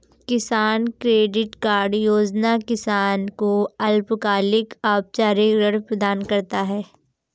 किसान credit card योजना किसान को अल्पकालिक औपचारिक ऋण प्रदान करता है